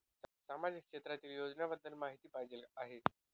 सामाजिक क्षेत्रातील योजनाबद्दल माहिती पाहिजे आहे?